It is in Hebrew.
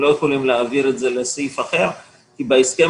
הם לא יכולים להעביר את זה לסעיף אחר כי בהסכם